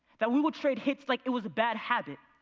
that we will trade hits like it was a bad habit?